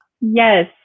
Yes